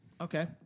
Okay